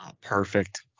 Perfect